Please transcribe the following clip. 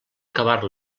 acabar